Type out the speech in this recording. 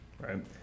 right